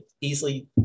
easily